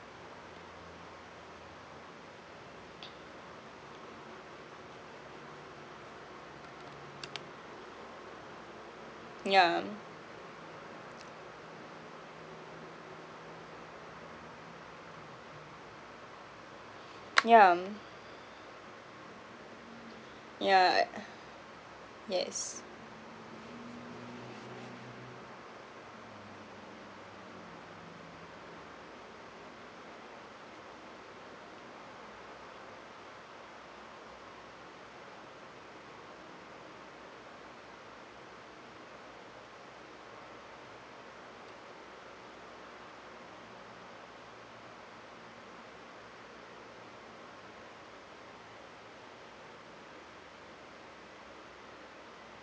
yeah um yeah um yeah like yes